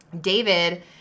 David